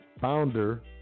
founder